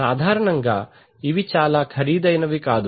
సాధారణంగా ఇవి చాలా ఖరీదైనవి కాదు